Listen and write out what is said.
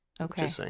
Okay